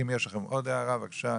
אם יש עוד הערה - בבקשה.